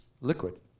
liquid